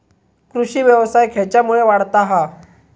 कृषीव्यवसाय खेच्यामुळे वाढता हा?